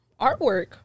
artwork